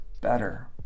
better